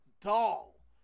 doll